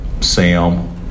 Sam